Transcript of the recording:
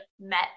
met